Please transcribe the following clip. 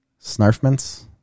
Snarfments